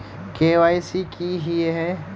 KYC की हिये है?